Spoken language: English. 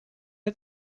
did